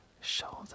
shoulder